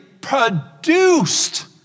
produced